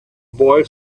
boy